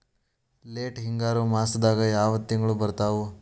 Late ಹಿಂಗಾರು ಮಾಸದಾಗ ಯಾವ್ ತಿಂಗ್ಳು ಬರ್ತಾವು?